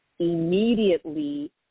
immediately